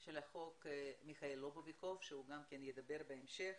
של החוק, מיכאל לובוביקוב שידבר בהמשך,